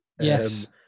yes